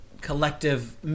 Collective